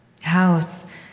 House